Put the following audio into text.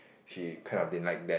she kind of didn't like that